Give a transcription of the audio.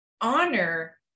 honor